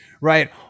right